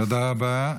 תודה רבה.